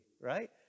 right